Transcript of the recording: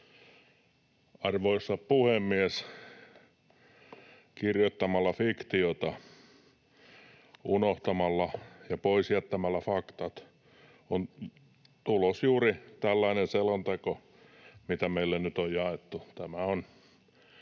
Arvoisa puhemies! Kirjoittamalla fiktiota, unohtamalla ja jättämällä pois faktat on tulos juuri tällainen selonteko kuin mitä meille nyt on jaettu. Tämä on